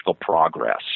progress